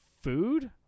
food